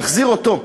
להחזיר אותו,